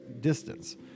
distance